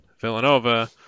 Villanova